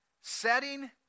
setting